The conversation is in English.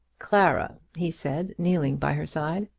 clara, he said, kneeling by her side,